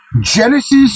Genesis